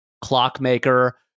clockmaker